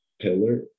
pillar